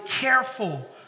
careful